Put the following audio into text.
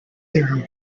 theorem